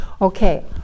Okay